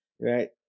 right